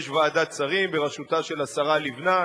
יש ועדת שרים, בראשותה של השרה לבנת,